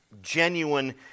genuine